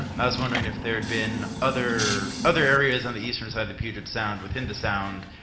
i was wondering if there had been other other areas on the eastern side of the puget sound, within the sound,